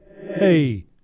Hey